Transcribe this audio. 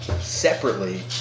separately